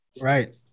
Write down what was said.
Right